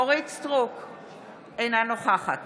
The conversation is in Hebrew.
אינה נוכחת